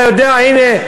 לפחות אתה יודע: הנה,